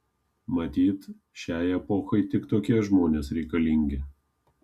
matyt šiai epochai tik tokie žmonės reikalingi